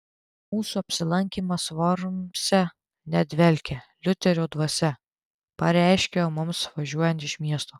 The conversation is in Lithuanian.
mūsų apsilankymas vormse nedvelkia liuterio dvasia pareiškiau mums važiuojant iš miesto